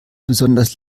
besonders